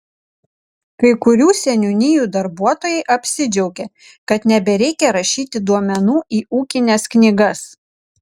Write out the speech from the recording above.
kai kurių seniūnijų darbuotojai apsidžiaugė kad nebereikia rašyti duomenų į ūkines knygas